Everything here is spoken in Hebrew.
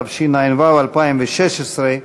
התשע"ו 2016,